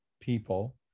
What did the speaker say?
people